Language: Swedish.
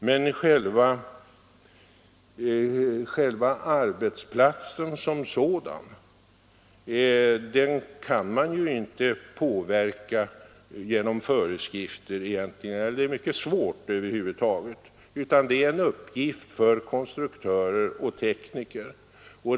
Men själva arbetsplatsen som sådan är det mycket svårt att påverka genom föreskrifter, utan det är en uppgift för konstruktörer och tekniker.